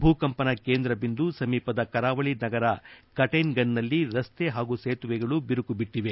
ಭೂಕಂಪನ ಕೇಂದ್ರ ಇಂದು ಸಮೀಪದ ಕರಾವಳಿ ನಗರ ಕಟ್ಟೆನ್ಗನ್ನಲ್ಲಿ ರಸ್ತೆ ಹಾಗೂ ಸೇತುವೆಗಳು ಬಿರುಕುಬಿಟ್ಟವೆ